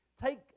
Take